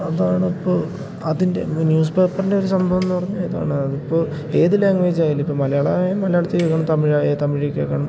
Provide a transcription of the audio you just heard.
അതാണിപ്പോൾ അതിൻ്റെ ന്യൂസ് പേപ്പറിൻ്റെ ഒരു സംഭവമെന്ന് പറഞ്ഞാൽ ഇതാണ് അതിപ്പോൾ ഏത് ലാംഗ്വേജായാലിപ്പം മലയാളമായാ മലയാളത്തിൽ കേൾക്കണം തമിഴായാ തമിഴിൽ കേൾക്കണം